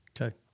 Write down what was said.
Okay